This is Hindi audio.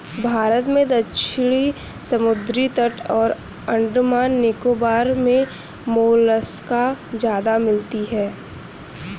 भारत में दक्षिणी समुद्री तट और अंडमान निकोबार मे मोलस्का ज्यादा मिलती है